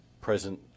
present